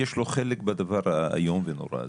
יש לו חלק בדבר האיום ונורא הזה.